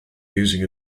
using